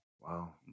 Wow